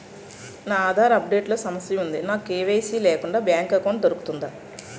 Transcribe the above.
నా Aadhaar update లో సమస్య వుంది నాకు కే.వై.సీ లేకుండా బ్యాంక్ ఎకౌంట్దొ రుకుతుందా?